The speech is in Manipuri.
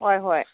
ꯍꯣꯏ ꯍꯣꯏ